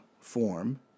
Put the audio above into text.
form